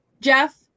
Jeff